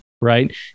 right